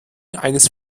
eines